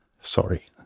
sorry